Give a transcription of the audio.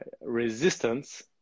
Resistance